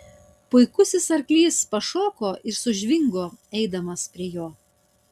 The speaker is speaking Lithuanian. puikusis arklys pašoko ir sužvingo eidamas prie jo